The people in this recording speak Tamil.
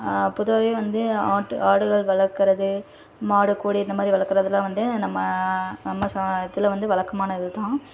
பொதுவாகவே வந்து ஆட்டு ஆடுகள் வளர்க்குறது மாடு கோழி இந்த மாதிரி வளர்க்குறதுலாம் வந்து நம்ம நம்ம சா இதில் வந்து வழக்கமான இது தான்